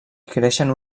creixen